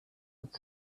back